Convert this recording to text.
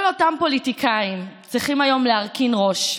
כל אותם פוליטיקאים צריכים היום להרכין ראש,